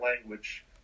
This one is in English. language